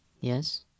Yes